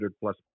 plus